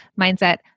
mindset